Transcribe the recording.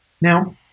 now